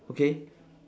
okay